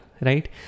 right